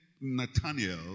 Nathaniel